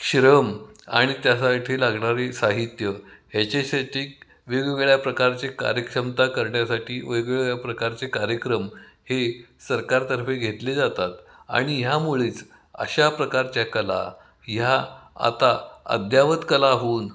श्रम आणि त्यासाठी लागणारी साहित्य ह्याच्यासाठी वेगवेगळ्या प्रकारचे कार्यक्षमता करण्यासाठी वेगवेगळ्या प्रकारचे कार्यक्रम हे सरकारतर्फे घेतले जातात आणि ह्यामुळेच अशा प्रकारच्या कला ह्या आता अद्ययावत कला होऊन